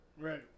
Right